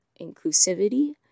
inclusivity